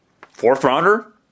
Fourth-rounder